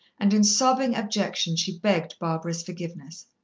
and in sobbing abjection she begged barbara's forgiveness.